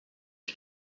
you